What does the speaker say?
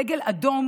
דגל אדום